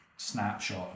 Snapshot